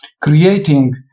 creating